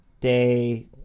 day